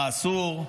מה אסור,